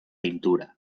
pintura